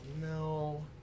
no